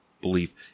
Belief